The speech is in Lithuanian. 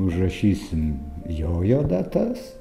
užrašysim jo jau datas